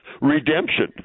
Redemption